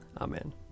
Amen